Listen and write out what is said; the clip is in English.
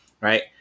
right